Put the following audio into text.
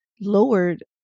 lowered